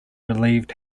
relieved